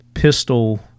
pistol